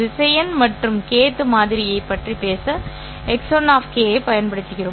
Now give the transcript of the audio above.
திசையன் மற்றும் kth மாதிரியைப் பற்றி பேச x1 k ஐப் பயன்படுத்துகிறோம்